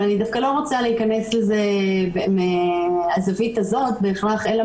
אני דווקא לא רוצה להיכנס לזה מהזווית הזאת בהכרח אלא